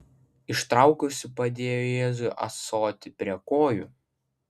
ištraukusi padėjo jėzui ąsotį prie kojų